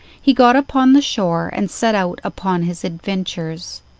he got upon the shore and set out upon his adventures.